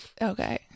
Okay